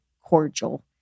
cordial